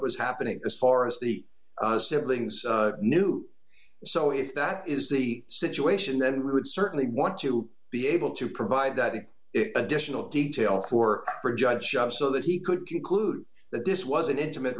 was happening as far as the siblings knew so if that is the situation then we would certainly want to be able to provide that if it additional details for her judgeship so that he could conclude that this was an intimate